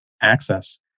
access